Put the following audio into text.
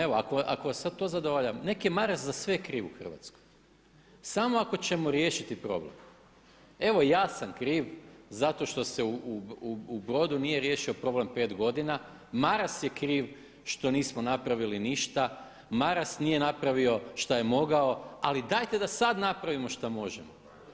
Evo ako vas sada to zadovoljava, nek je Maras za sve kriv u Hrvatskoj, samo ako ćemo riješiti problem. evo ja sam kriv zato što se u Brodu nije riješio problem pet godina, Maras je kriv što nismo napravili ništa, Maras nije napravio šta je mogao, ali dajte da sada napravimo šta možemo.